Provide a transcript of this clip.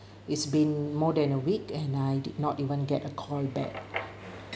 it's been more than a week and I did not even get a call back